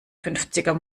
fünfziger